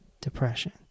depression